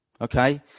Okay